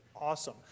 awesome